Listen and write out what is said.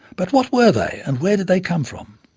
but what were they and where did they come from?